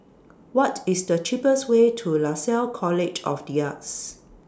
What IS The cheapest Way to Lasalle College of The Arts